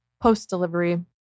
post-delivery